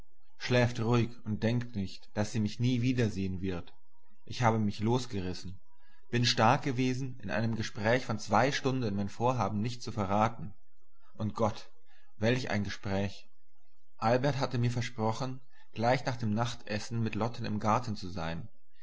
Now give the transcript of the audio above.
schläft ruhig und denkt nicht daß sie mich nie wieder sehen wird ich habe mich losgerissen bin stark genug gewesen in einem gespräch von zwei stunden mein vorhaben nicht zu verraten und gott welch ein gespräch albert hatte mir versprochen gleich nach dem nachtessen mit lotten im garten zu sein